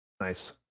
Nice